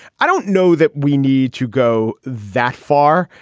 i don't know that we need to go that far.